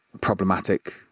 problematic